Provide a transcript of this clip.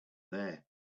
there